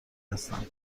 هستم